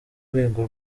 rwego